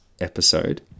episode